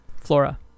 flora